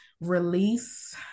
release